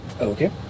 okay